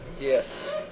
Yes